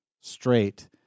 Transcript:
straight